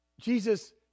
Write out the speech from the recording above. Jesus